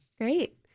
Great